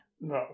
No